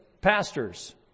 pastors